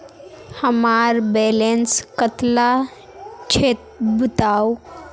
हमार बैलेंस कतला छेबताउ?